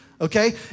Okay